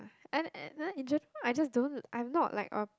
and and in general I just don't I'm not like a